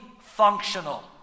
functional